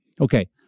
Okay